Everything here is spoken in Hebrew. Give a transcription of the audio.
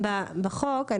בחוק,